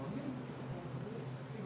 אנחנו מכירים את המורכבות של פרויקטים